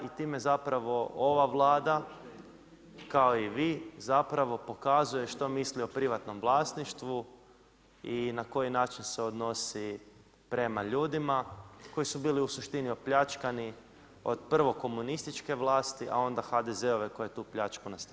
I time zapravo ova Vlada kao i vi zapravo pokazuje što misli o privatnom vlasništvu i na koji način se odnosi prema ljudima koji su bili u suštini opljačkani od prvo komunističke vlasti, a onda HDZ-ove koja je tu pljačku nastavila.